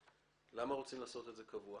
למה רוצים לעשות את זה קבוע?